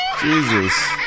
Jesus